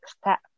step